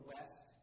West